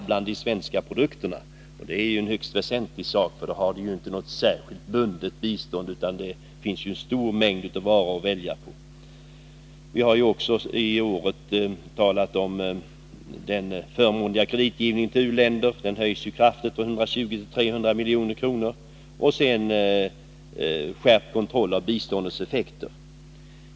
Biståndsländerna kan själva välja bland en stor mängd svenska produkter. Den förmånliga kreditgivningen till u-länderna höjs också kraftigt, från 120 till 300 milj.kr. Samtidigt skärps kontrollen av biståndets effekter.